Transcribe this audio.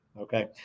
Okay